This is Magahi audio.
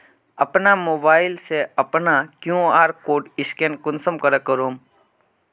अपना मोबाईल से अपना कियु.आर कोड स्कैन कुंसम करे करूम?